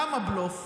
למה בלוף?